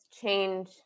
change